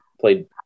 played